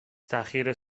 ذخیره